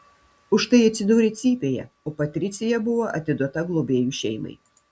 už tai atsidūrė cypėje o patricija buvo atiduota globėjų šeimai